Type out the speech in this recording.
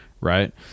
right